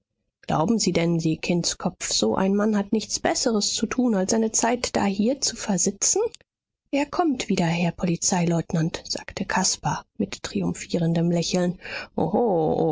glauben sie denn sie kindskopf so ein mann hat nichts besseres zu tun als seine zeit dahier zu versitzen er kommt wieder herr polizeileutnant sagte caspar mit triumphierendem lächeln